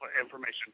information